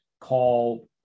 call